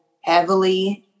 heavily